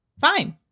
Fine